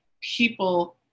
people